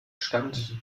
stand